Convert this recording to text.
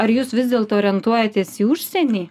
ar jūs vis dėlto orientuojatės į užsienį